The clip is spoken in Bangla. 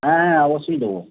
হ্যাঁ অবশ্যই দেবো